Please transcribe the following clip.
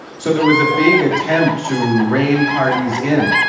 so there was a big attempt to rein parties in,